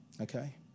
okay